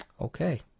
Okay